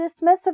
dismissive